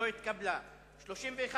של קבוצת